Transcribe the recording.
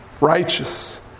righteous